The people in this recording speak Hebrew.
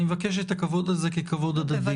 אני מבקש את הכבוד הזה ככבוד הדדי.